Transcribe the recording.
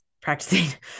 practicing